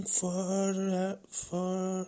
forever